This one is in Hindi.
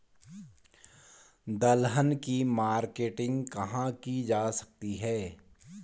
दलहन की मार्केटिंग कहाँ की जा सकती है?